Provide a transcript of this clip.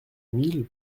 mille